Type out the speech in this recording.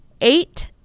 eight